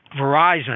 Verizon